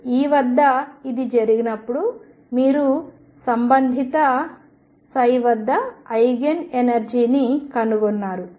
కాబట్టి E వద్ద ఇది జరిగినప్పుడు మీరు సంబంధిత వద్ద ఐగెన్ ఎనర్జీ ని కనుగొన్నారు